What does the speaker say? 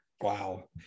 wow